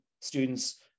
students